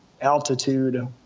altitude